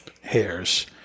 hairs